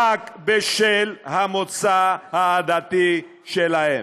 רק בשל המוצא העדתי שלהם.